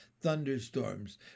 thunderstorms